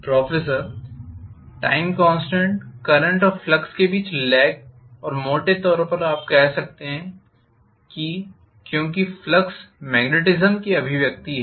professor time constant current और flux के बीच लेग और मोटे तौर पर आप कह सकते हैं कि क्योंकि फ्लक्स मेग्नेटिस्म की अभिव्यक्ति है